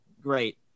Great